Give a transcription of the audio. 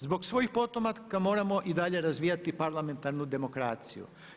Zbog svojih potomaka moramo i dalje razvijati parlamentarnu demokraciju.